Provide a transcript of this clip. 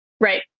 Right